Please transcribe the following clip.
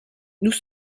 nous